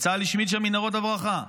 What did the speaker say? וצה"ל השמיד שם מנהרות הברחה.